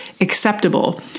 acceptable